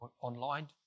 online